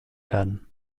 werden